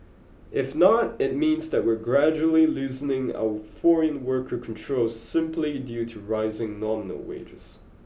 if not it means that we are gradually loosening our foreign worker controls simply due to rising nominal wages